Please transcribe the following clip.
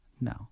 No